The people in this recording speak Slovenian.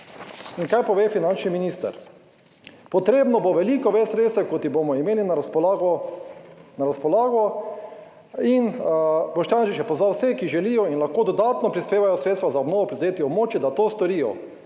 Kaj pove finančni minister? Potrebno bo veliko več sredstev, kot jih bomo imeli na razpolago, na razpolago in Boštjančič je pozval vse, ki želijo in lahko dodatno prispevajo sredstva za obnovo prizadetih območij, da to storijo.